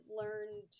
learned